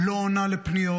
לא עונה לפניות,